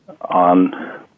on